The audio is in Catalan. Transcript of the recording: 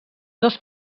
dos